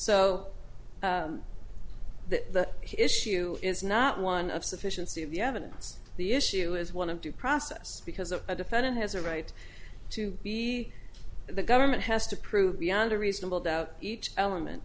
so the issue is not one of sufficiency of the evidence the issue is one of due process because of a defendant has a right to be the government has to prove beyond a reasonable doubt each element